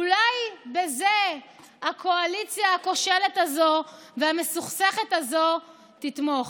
אולי בזה הקואליציה הכושלת הזאת והמסוכסכת הזאת תתמוך.